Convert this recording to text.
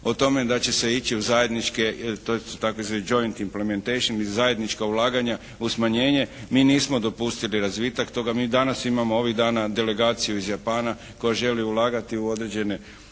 o tome da će se ići u zajedničke, to su tzv. …/Govornik govori engleski, ne razumije se./… u zajednička ulaganja, u smanjenje. Mi nismo dopustili razvitak toga. Mi danas imamo ovih dana delegaciju iz Japana koja želi ulagati u određene